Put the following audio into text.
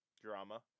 drama